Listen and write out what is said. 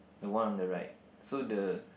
the one on the right so the